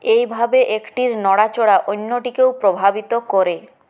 এইভাবে একটির নড়াচড়া অন্যটিকেও প্রভাবিত করে